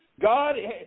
God